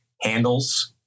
handles